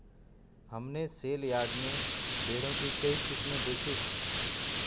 हमने सेलयार्ड में भेड़ों की कई किस्में देखीं